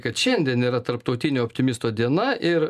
kad šiandien yra tarptautinio optimisto diena ir